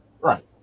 Right